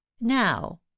Now